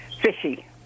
fishy